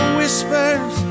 whispers